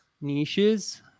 niches